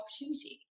opportunity